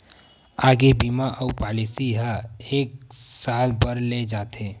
आगी बीमा अउ पॉलिसी ह एक साल बर ले जाथे